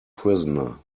prisoner